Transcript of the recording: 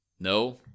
No